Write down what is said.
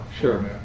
Sure